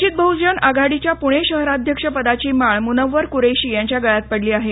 वंचित बहजन आघाडीच्या प्णे शहराध्यक्षपदाची माळ मूनव्वर क्रेशी यांच्या गळ्यात पडली आहे